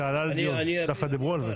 זה עלה לדיון, ודווקא דיברו על זה.